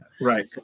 Right